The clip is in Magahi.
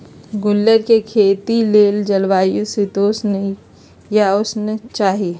गुल्लर कें खेती लेल जलवायु शीतोष्ण आ शुष्क चाहि